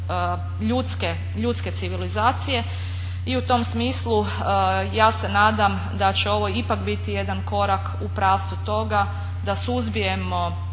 ljudske civilizacije i u tom smislu ja se nadam da će ovo ipak biti jedan korak u pravcu toga da suzbijemo